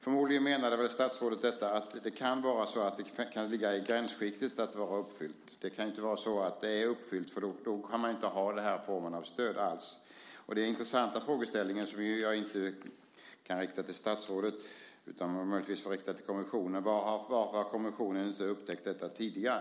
Förmodligen menade statsrådet att det kan ligga i gränsskiktet till att vara uppfyllt. Det kan inte vara så att det är uppfyllt, för då kan man inte ha den här formen av stöd alls. Den intressanta frågeställningen, som jag inte kan rikta till statsrådet utan möjligtvis till kommissionen, är varför kommissionen inte har upptäckt detta tidigare.